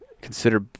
consider